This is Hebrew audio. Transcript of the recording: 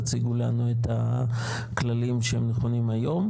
תציגו לנו את הכללים שנוהגים היום,